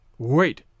Wait